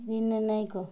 Nayak